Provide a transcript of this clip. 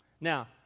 Now